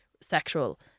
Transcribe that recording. sexual